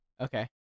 Okay